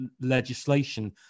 legislation